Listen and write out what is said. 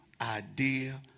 idea